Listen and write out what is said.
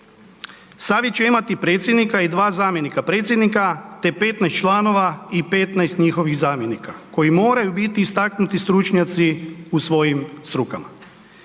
Savjet će imati predsjednika i dva zamjenika predsjednika, te 15 članova i 15 njihovih zamjenika koji moraju biti istaknuti stručnjaci u svojim strukama.